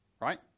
Right